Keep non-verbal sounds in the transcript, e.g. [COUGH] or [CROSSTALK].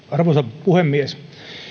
[UNINTELLIGIBLE] arvoisa puhemies